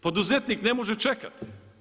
Poduzetnik ne može čekati.